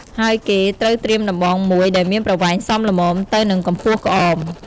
ហើយគេត្រូវត្រៀមដំបងមួយដែលមានប្រវែងសមល្មមទៅនិងកម្ពស់ក្អម។